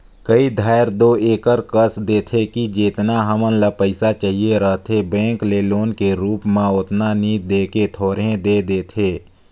कए धाएर दो एकर कस कइर देथे कि जेतना हमन ल पइसा चाहिए रहथे बेंक ले लोन के रुप म ओतना नी दे के थोरहें दे देथे